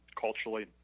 culturally